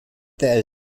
der